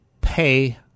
pay